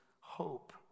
hope